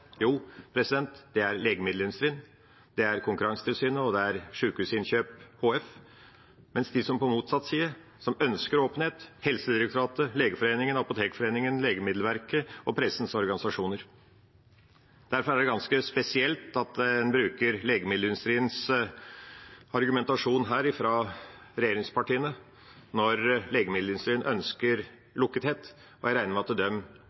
Jo, det er legemiddelindustrien, det er Konkurransetilsynet, og det er Sykehusinnkjøp HF, mens de som er på motsatt side, som ønsker åpenhet, er Helsedirektoratet, Legeforeningen, Apotekforeningen, Legemiddelverket og pressens organisasjoner. Derfor er det ganske spesielt at en bruker legemiddelindustriens argumentasjon her fra regjeringspartiene, når legemiddelindustrien ønsker lukkethet, og jeg regner